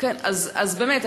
אז באמת,